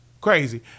Crazy